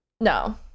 no